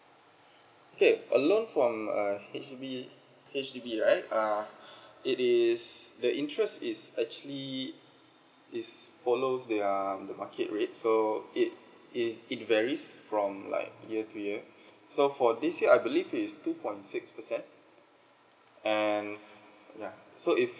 okay a loan from uh H_D_B H_D_B right uh it is the interest is actually is follows their the market rate so it is it varies from like year to year so for this year I believe is two point six percent and ya so if